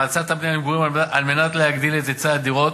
האצת הבנייה למגורים על מנת להגדיל את היצע הדירות